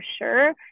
sure